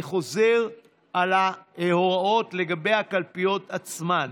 אני חוזר על ההוראות לגבי הקלפיות עצמן.